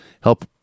help